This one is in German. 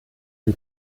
den